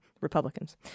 republicans